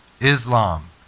Islam